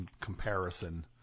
comparison